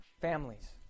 families